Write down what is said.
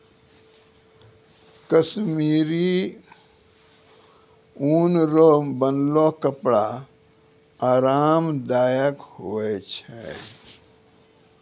कश्मीरी ऊन रो बनलो कपड़ा आराम दायक हुवै छै